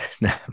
no